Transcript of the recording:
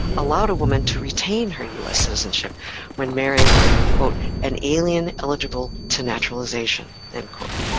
allowed a woman to retain her us citizenship when marrying an alien eligible to naturalization. and